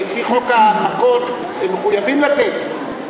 לפי חוק ההנמקות הם מחויבים לתת.